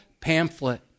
pamphlet